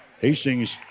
Hastings